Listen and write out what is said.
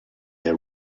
here